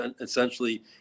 essentially